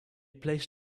placed